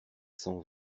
cent